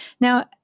Now